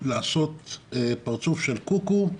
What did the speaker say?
לעשות פרצוף של קוקו,